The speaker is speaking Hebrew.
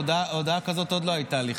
הודעה כזאת עוד לא הייתה לי,